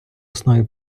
основі